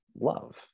love